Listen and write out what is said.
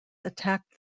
attacked